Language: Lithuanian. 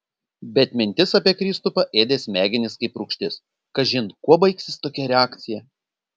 bet mintis apie kristupą ėdė smegenis kaip rūgštis kažin kuo baigsis tokia reakcija